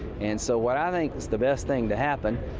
and so what i think is the best thing to happen,